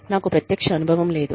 నాకు ప్రత్యక్ష అనుభవం లేదు